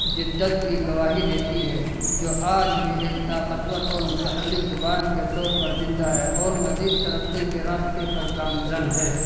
جدت کی گواہی دیتی ہے جو آج بھی ایک طاقتور اور متحرک زبان کے طور پر زندہ ہے اور مزید ترقی کے راستے پر گامزن ہے